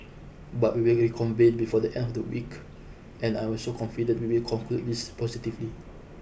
but we will reconvene before the end of the week and I also confident we will conclude this positively